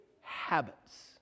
habits